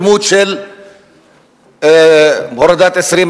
בדמות של הורדת 20,